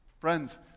Friends